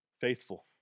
Faithful